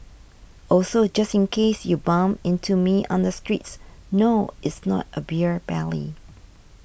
also just in case you bump into me on the streets no it's not a beer belly